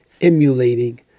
emulating